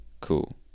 cool